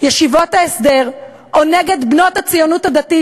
ישיבות ההסדר או נגד בנות הציונות הדתית